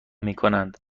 میکنند